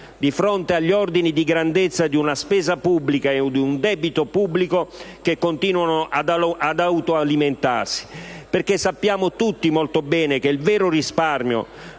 di fronte agli ordini di grandezza di una spesa pubblica e di un debito pubblico che continuano ad autoalimentarsi, perché sappiamo tutti molto bene che il vero risparmio